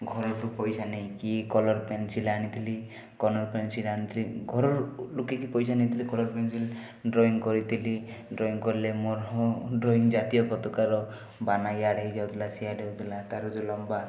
ଘରୁଠୁ ପଇସା ନେଇକି colour pencil ଆଣିଥିଲି କଲର୍ ପେନସିଲ୍ ଆଣିଥିଲି ଘରଠୁ ଲୁକେଇକି ପଇସା ନେଇଥିଲି କଲର୍ ପେନସିଲ୍ ଡ୍ରଇଂ କରିଥିଲି ଡ୍ରଇଂ କଲେ ମୋର ଡ୍ରଇଂ ଜାତୀୟ ପତାକାର ବାନା ଇଆଡ଼େ ହେଇଯାଉଥିଲା ସିଆଡ଼େ ହେଇଯାଉଥିଲା ତା'ର ଯେଉଁ ଲମ୍ବା